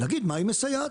להגיד במה היא מסייעת.